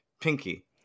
Pinky